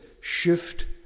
shift